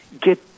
get